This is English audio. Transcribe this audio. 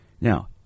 Now